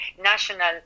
national